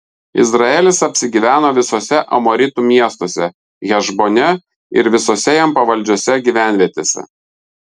izraelis apsigyveno visuose amoritų miestuose hešbone ir visose jam pavaldžiose gyvenvietėse